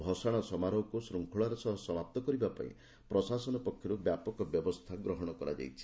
ଭସାଣ ସମାରୋହକୁ ଶୃଙ୍ଖଳାର ସହ ସମାପ୍ତ କରିବାପାଇଁ ପ୍ରଶାସନ ପକ୍ଷରୁ ବ୍ୟାପକ ବ୍ୟବସ୍ଥା ଗ୍ରହଣ କରାଯାଇଛି